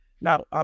Now